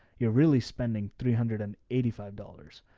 you're really spending three hundred and eighty five dollars.